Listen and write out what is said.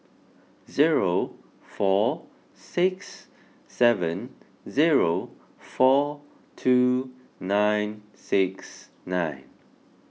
zero four six seven zero four two nine six nine